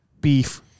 Beef